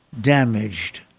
damaged